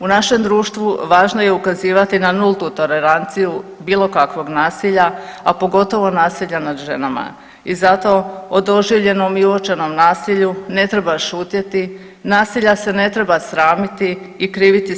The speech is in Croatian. U našem društvu važno je ukazivati na nultu toleranciju bilo kakvog nasilja, a pogotovo nasilja nad ženama i zato o doživljenom i uočenom nasilju ne treba šutjeti, nasilja se ne treba sramiti i kriviti sebe.